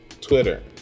Twitter